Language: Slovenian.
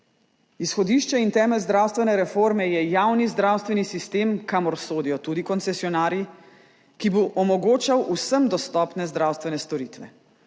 Izhodišče in temelj zdravstvene reforme je javni zdravstveni sistem, kamor sodijo tudi koncesionarji, ki bo omogočal vsem dostopne zdravstvene storitve.